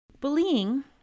Bullying